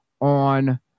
on